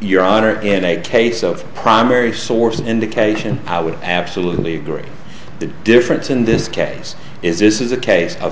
your honor in a case of primary source an indication how would absolutely agree the difference in this case is this is a case of